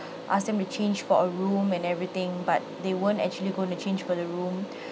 ask them to change for a room and everything but they weren't actually going to change for the room